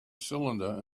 cylinder